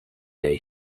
day